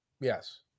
Yes